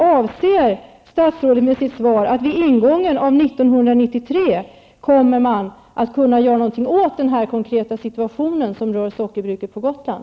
Avser statsrådet med sitt svar att man vid ingången av 1993 kommer att kunna göra någonting åt den konkreta situationen när det gäller Sockerbruket på Gotland?